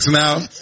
now